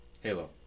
Halo